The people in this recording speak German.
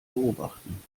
beobachten